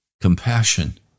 compassion